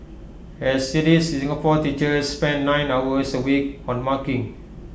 as IT is Singapore teachers spend nine hours A week on marking